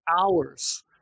hours